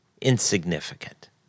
insignificant